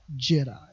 jedi